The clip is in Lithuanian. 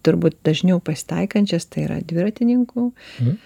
turbūt dažniau pasitaikančias tai yra dviratininkų